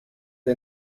que